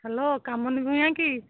hello Kamuni Bhuyan କି